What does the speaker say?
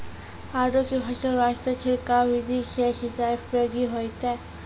आलू के फसल वास्ते छिड़काव विधि से सिंचाई उपयोगी होइतै?